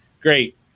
Great